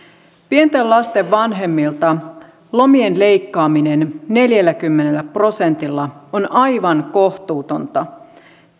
pienten lasten vanhemmilta lomien leikkaaminen neljälläkymmenellä prosentilla on aivan kohtuutonta